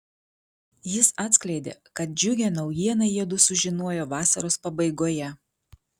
jis atskleidė kad džiugią naujieną jiedu sužinojo vasaros pabaigoje